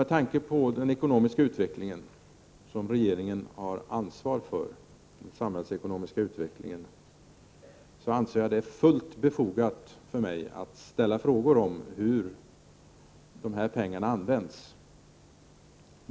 Med tanke på den samhällsekonomiska utvecklingen, som regeringen har ansvar för, anser jag det fullt befogat för mig att ställa frågor om hur de här pengarna används.